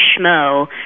Schmo